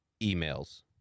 emails